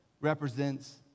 represents